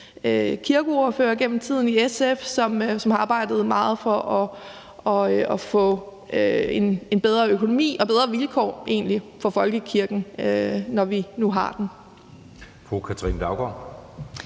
kirkeordførere i SF, som har arbejdet meget for at få en bedre økonomi og bedre vilkår for folkekirken, egentlig, når vi nu har den.